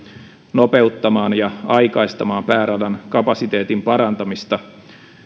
nopeuttamaan ja aikaistamaan pääradan kapasiteetin parantamista asia joka on jo aiemmissa puheenvuoroissa täällä tullut esille